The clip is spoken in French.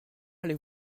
allez